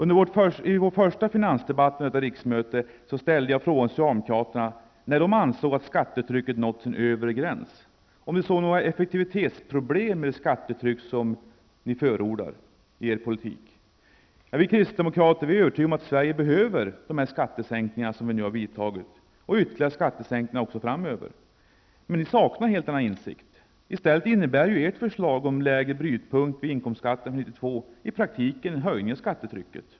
I vår första finansdebatt under detta riksmöte ställde jag frågan till socialdemokraterna när de ansåg att skattetrycket nått sin övre gräns och om de såg effektivitetsproblem med det skattetryck som de förordar. Vi kristdemokrater är övertygade om att Sverige behöver de skattesänkningar som vi har vidtagit, och ytterligare skattesänkningar framöver. Men ni saknar helt denna insikt. I stället innebär ert förslag om lägre brytpunkt för inkomstskatter för 1992 i praktiken en höjning av skattetrycket.